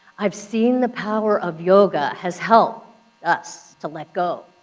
i've seen the power of yoga has helped us to let go.